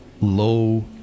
low